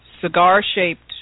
cigar-shaped